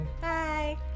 Bye